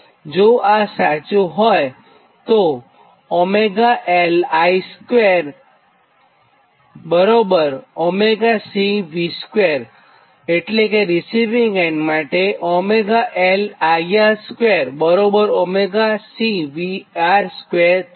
જો આ સાચું હોય તો ωL|IR|2ωC|VR|2 થાય